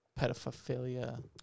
pedophilia